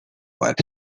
web